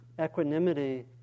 equanimity